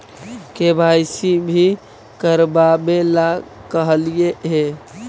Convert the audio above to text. KYC भी करवावेला कहलिये हे?